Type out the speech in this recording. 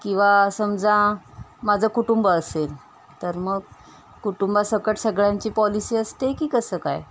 किंवा समजा माझं कुटुंब असेल तर मग कुटुंबासकट सगळ्यांची पॉलिसी असते की कसं काय